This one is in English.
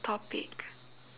topic